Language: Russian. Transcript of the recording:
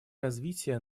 развития